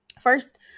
First